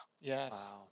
Yes